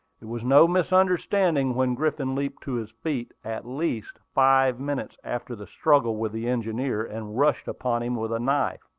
it was no misunderstanding when griffin leaped to his feet, at least five minutes after the struggle with the engineer, and rushed upon him with a knife.